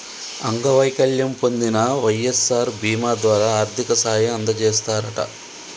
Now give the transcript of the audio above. అంగవైకల్యం పొందిన వై.ఎస్.ఆర్ బీమా ద్వారా ఆర్థిక సాయం అందజేస్తారట